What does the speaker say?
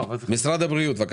את הדוחות של ארגון הבריאות העולמי,